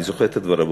אני זוכר את דבריו,